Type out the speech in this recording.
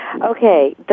Okay